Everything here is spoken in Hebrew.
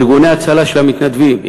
ארגוני ההצלה של המתנדבים,